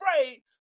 afraid